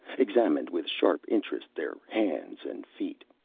examined with sharp interest their hands and feet.